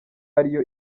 ariyo